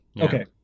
Okay